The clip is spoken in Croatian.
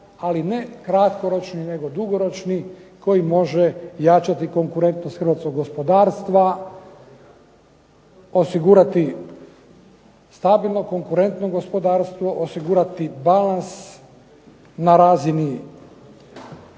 ali ne kratkoročni nego dugoročni koji može jačati konkurentnost Hrvatskog gospodarstva, osigurati stabilno konkurentno gospodarstvo, osigurati balans na razini